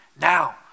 now